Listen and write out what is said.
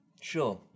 Sure